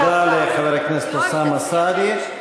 תודה לחבר הכנסת אוסאמה סעדי.